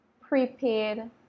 prepaid